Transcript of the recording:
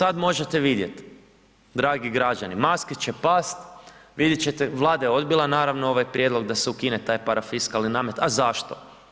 E, sad možete vidjet dragi građani, maske će past, vidjet ćete, Vlada je odbila naravno ovaj prijedlog da se ukine taj parafiskalni namet, a zašto?